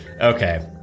Okay